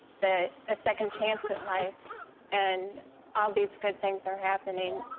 the ah second chance at life and all these good things are happening.